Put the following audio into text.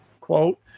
quote